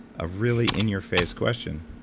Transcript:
a really in your face question.